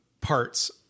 parts